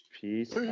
Peace